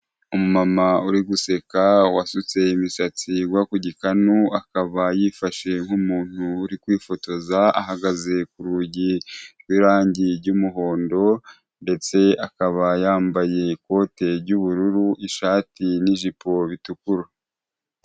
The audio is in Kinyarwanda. Umama uri guseka wasutse imisatsi igwa ku gikanu, akaba yifashe nk'umuntu uri kwifotoza ahagaze ku rugi rw'irangi ry'umuhondo ndetse akaba yambaye ikote ry'ubururu ishati n'jipo bitukura.